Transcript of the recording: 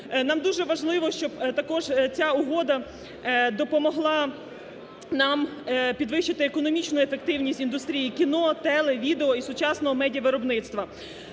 Нам дуже важливо, щоб також ця угода допомогла нам підвищити економічну ефективність індустрії кіно-, теле-, відео- і сучасного медіавиробництва.